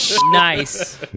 Nice